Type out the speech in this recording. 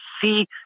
see